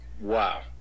wow